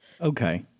Okay